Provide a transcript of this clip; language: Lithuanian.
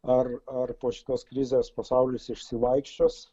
ar ar po šitos krizės pasaulis išsivaikščios